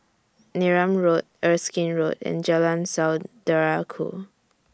Neram Road Erskine Road and Jalan Saudara Ku